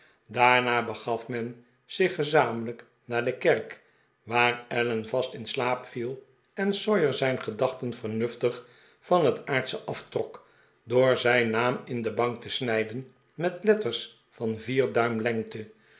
daarna begaf men zich gezamenlijk naar de kerk waar allen vast in slaap viel en sawyer zijn gedachten vernuftig van het aardsche aftrok door zijn naam in de bank te snijden met letters van vier duim lengte